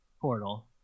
portal